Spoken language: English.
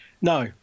no